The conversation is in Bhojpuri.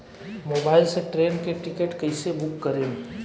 मोबाइल से ट्रेन के टिकिट कैसे बूक करेम?